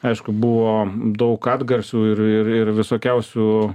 aišku buvo daug atgarsių ir ir ir visokiausių